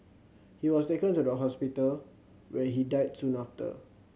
he was taken to the hospital where he died soon after